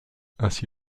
ainsi